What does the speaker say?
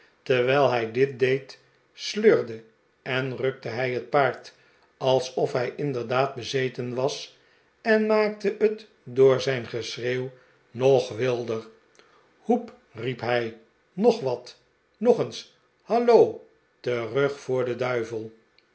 terwijl hij dit deed sleurde en rukte hij het paard alsof hij inderdaad bezeten was en maakte het door zijn geschreeuw nog wilder hoep riep hij nog wat nog eensl hallo terug voor den duivel